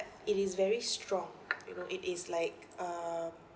it is very strong you know it is like uh